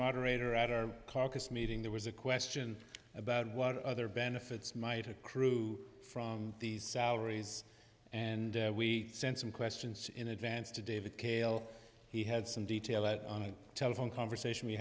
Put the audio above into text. moderator at our caucus meeting there was a question about what other benefits might accrue from these salaries and we sent some questions in advance to david kale he had some detail out on a telephone conversation we